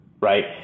Right